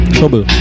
Trouble